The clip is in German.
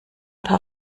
paar